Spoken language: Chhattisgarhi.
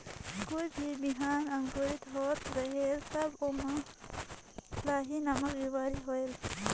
कोई भी बिहान अंकुरित होत रेहेल तब ओमा लाही नामक बिमारी होयल?